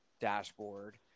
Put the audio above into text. dashboard